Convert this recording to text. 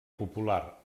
popular